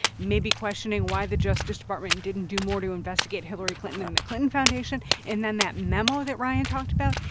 maybe questioning why the justice department didn't do more to investigate hillary clinton and the clinton foundation and then that memo that ryan talked about.